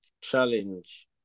challenge